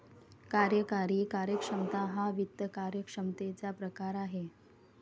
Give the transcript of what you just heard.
कार्यकारी कार्यक्षमता हा वित्त कार्यक्षमतेचा प्रकार आहे